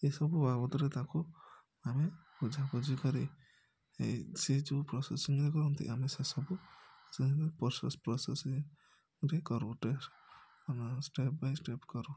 ଏସବୁ ବାବଦରେ ତାଙ୍କୁ ଆମେ ବୁଝାବୁଝି କରି ଇଏ ସିଏ ଯେଉଁ ପ୍ରୋସେସ୍ଯାକ କୁହନ୍ତି ଆମେ ସବୁ ପ୍ରୋ ପ୍ରୋସେସ୍ରେ କରୁ ଷ୍ଟେପ୍ ଆମେ ଷ୍ଟେପ୍ ବାଇ ଷ୍ଟେପ୍ କରୁ